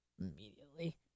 immediately